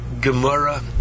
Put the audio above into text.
Gemara